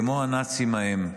כמו הנאצים ההם,